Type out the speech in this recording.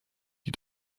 die